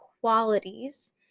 qualities